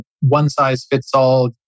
one-size-fits-all